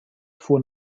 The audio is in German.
fuhr